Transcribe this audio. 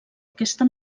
aquesta